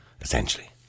essentially